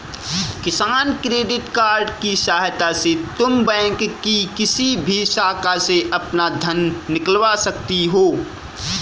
किसान credit card की सहायता से तुम बैंक की किसी भी शाखा से अपना धन निकलवा सकती हो